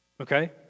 Okay